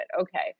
Okay